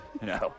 No